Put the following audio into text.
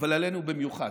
אבל עלינו במיוחד.